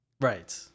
Right